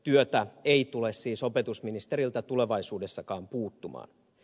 työtä ei tule siis opetusministeriltä tulevaisuudessakaan puuttumaan